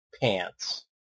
pants